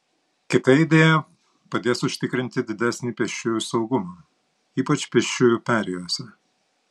kita idėja padės užtikrinti didesnį pėsčiųjų saugumą ypač pėsčiųjų perėjose